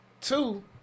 Two